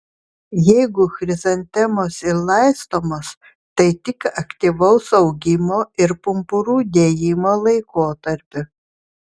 jeigu chrizantemos ir laistomos tai tik aktyvaus augimo ir pumpurų dėjimo laikotarpiu